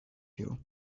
you